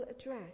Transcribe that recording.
address